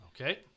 Okay